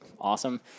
awesome